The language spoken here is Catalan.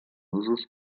usos